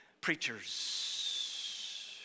preachers